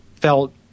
felt